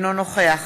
אינו נוכח